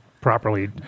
properly